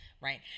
right